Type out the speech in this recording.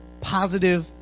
positive